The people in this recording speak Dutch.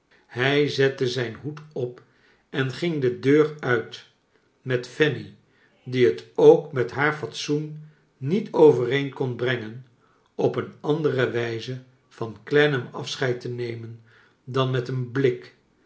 hij zette zijn hoed op en ging de deur nit met fanny die het ook met haar fatsoen niefc overeen kon brengen op een andere wijze van clennam afsoheid te nemen dan met een blik